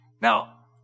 Now